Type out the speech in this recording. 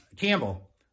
Campbell